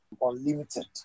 unlimited